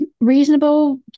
reasonable